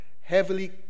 heavily